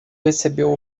recebeu